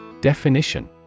Definition